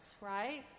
right